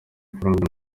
amafaranga